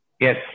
Yes